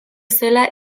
zela